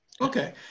Okay